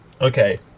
Okay